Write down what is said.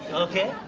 okay.